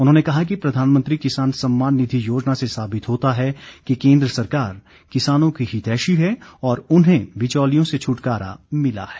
उन्होंने कहा कि प्रधानमंत्री किसान सम्मान निधि योजना से साबित होता है कि केन्द्र सरकार किसानों की हितैषी है और उन्हें बिचौलियों से छुटकारा मिला है